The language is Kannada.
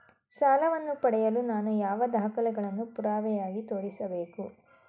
ಸಾಲವನ್ನು ಪಡೆಯಲು ನಾನು ಯಾವ ದಾಖಲೆಗಳನ್ನು ಪುರಾವೆಯಾಗಿ ತೋರಿಸಬೇಕು?